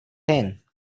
ten